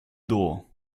door